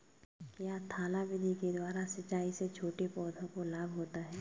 क्या थाला विधि के द्वारा सिंचाई से छोटे पौधों को लाभ होता है?